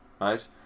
right